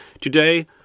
Today